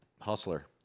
hustler